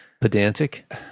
Pedantic